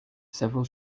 several